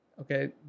Okay